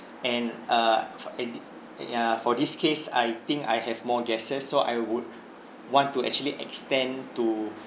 and err f~ and the ya for this case I think I have more guests so I would want to actually extend to